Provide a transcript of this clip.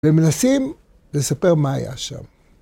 ‫ומנסים לספר מה היה שם.